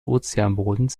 ozeanbodens